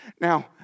Now